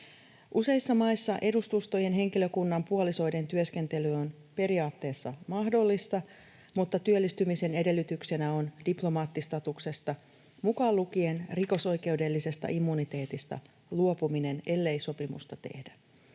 Useissa maissa edustustojen henkilökunnan puolisoiden työskentely on periaatteessa mahdollista, mutta työllistymisen edellytyksenä on diplomaattistatuksesta mukaan lukien rikosoikeudellisesta immuniteetista luopuminen, ellei sopimusta tehdä.